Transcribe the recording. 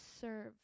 serve